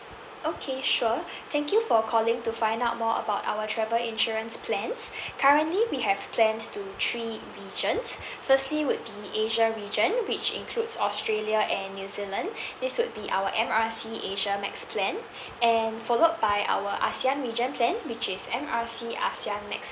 okay sure thank you for calling to find out more about our travel insurance plans currently we have plans to three regions firstly would be asia region which includes australia and new zealand this would be our M R C asia max plan and followed by our ASEAN region plan which is M R C ASEAN max